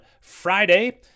Friday